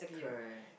correct